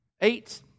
Eight